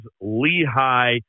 Lehigh